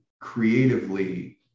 creatively